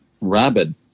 rabid